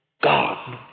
God